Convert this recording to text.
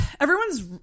everyone's